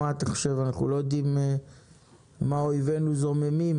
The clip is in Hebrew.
מה אתה חושב שאנחנו לא יודעים מה אויבנו זוממים,